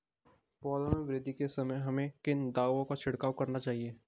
पौधों में वृद्धि के समय हमें किन दावों का छिड़काव करना चाहिए?